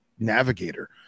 navigator